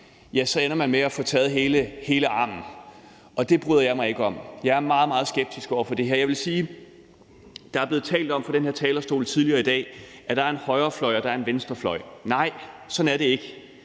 ja, så ender man med at få taget hele armen, og det bryder jeg mig ikke om. Jeg er meget, meget skeptisk over for det her. Der er her fra den her talerstol tidligere i dag blevet talt om, at der er en højrefløj og der er en venstrefløj. Nej, sådan er det ikke.